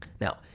Now